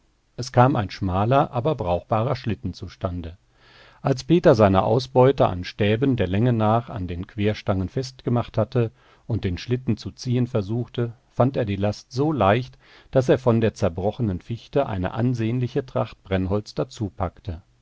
es kam ein schmaler aber brauchbarer schlitten zustande als peter seine ausbeute an stäben der länge nach an den querstangen festgemacht hatte und den schlitten zu ziehen versuchte fand er die last so leicht daß er von der zerbrochenen fichte eine ansehnliche tracht brennholz dazupackte